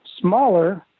smaller